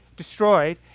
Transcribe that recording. destroyed